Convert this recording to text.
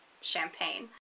champagne